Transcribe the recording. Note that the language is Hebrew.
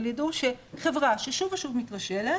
אבל יידעו שחברה ששוב ושוב מתרשלת